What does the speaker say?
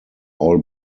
all